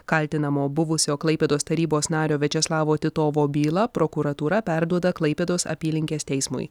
kaltinamo buvusio klaipėdos tarybos nario viačeslavo titovo bylą prokuratūra perduoda klaipėdos apylinkės teismui